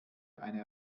eine